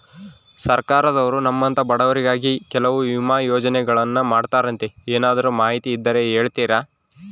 ಸರ್ಕಾರದವರು ನಮ್ಮಂಥ ಬಡವರಿಗಾಗಿ ಕೆಲವು ವಿಮಾ ಯೋಜನೆಗಳನ್ನ ಮಾಡ್ತಾರಂತೆ ಏನಾದರೂ ಮಾಹಿತಿ ಇದ್ದರೆ ಹೇಳ್ತೇರಾ?